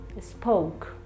spoke